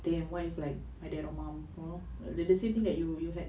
damn what if like my dad or mum you know if the same thing that you have